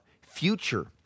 future